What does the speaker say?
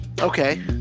Okay